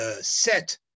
set